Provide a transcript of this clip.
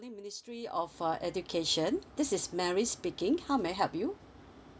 ministry of uh education this is mary speaking how may I help you